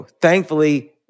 thankfully